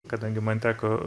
kadangi man teko